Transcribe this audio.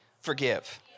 forgive